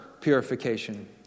purification